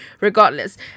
regardless